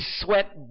sweat